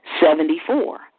Seventy-four